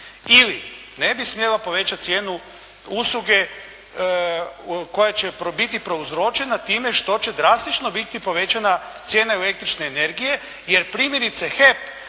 Ili ne bi smjela povećati cijenu usluge koja će biti prouzročena time što će drastično biti povećana cijena električne energije jer, primjerice HEP